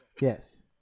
yes